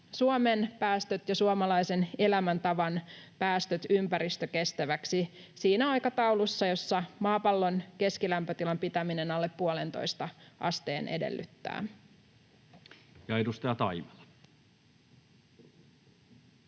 Suomen päästöt ja suomalaisen elämäntavan päästöt ympäristökestäviksi siinä aikataulussa, jota maapallon keskilämpötilan pitäminen alle 1,5 asteen nousun edellyttää. [Speech